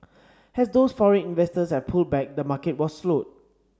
as those foreign investors have pulled back the market was slowed